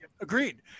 agreed